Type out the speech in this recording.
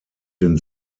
den